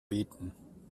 beten